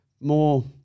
more